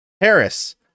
Harris